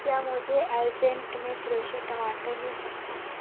کیا مجھے ارجینٹ میں فریشو ٹماٹر مل سکتا ہے